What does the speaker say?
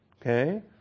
okay